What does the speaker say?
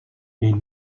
les